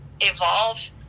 evolve